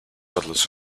settlers